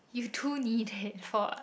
you do need it for what